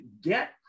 get